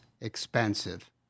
expensive